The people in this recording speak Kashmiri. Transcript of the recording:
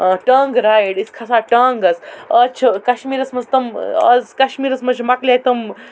ٹانٛگہٕ رایڈ أسۍ کھسہو ٹانٛگَس آز چھِ کشمیٖرَس مَنٛز تِم آز کشمیٖرَس مَنٛز چھِ مَقلے تِم